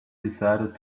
decided